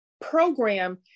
program